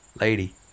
Lady